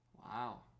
Wow